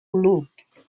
loops